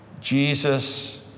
Jesus